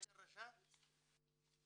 לא יכול למכור כי הדירה לא חוקית ולא מוכרת".